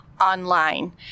online